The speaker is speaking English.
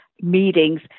meetings